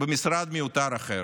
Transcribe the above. במשרד מיותר אחר.